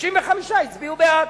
65 הצביעו בעד,